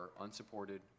unsupported